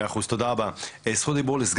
גם מאמץ של הגנת גבולות.